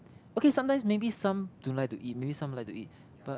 okay sometimes maybe some don't like to eat maybe some like to eat but